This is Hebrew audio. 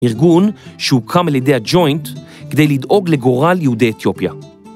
ארגון שהוקם על ידי הג'וינט כדי לדאוג לגורל יהודי אתיופיה.